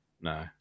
No